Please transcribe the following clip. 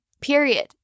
period